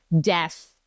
death